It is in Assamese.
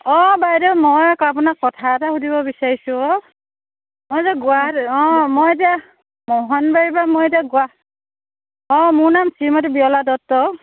অঁ বাইদেউ মই আপোনাক কথা এটা সুধিব বিচাৰিছোঁ অ' মই যে গুৱাহাটী অঁ মই এতিয়া মোহনবাৰীৰ পৰা মই এতিয়া গোৱা অঁ মোৰ নাম শ্ৰীমতী বিয়লা দত্ত